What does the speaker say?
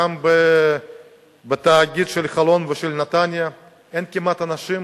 גם בתאגיד של חולון ושל נתניה אין כמעט אנשים